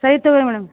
ಸಹ್ತತವೆ madam